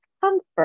comfort